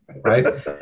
right